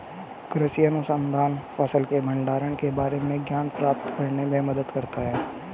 कृषि अनुसंधान फसल के भंडारण के बारे में ज्ञान प्राप्त करने में मदद करता है